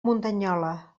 muntanyola